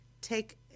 take